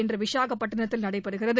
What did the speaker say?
இன்று விசாகப்பட்டினத்தில் நடைபெறுகிறது